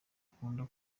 ukunda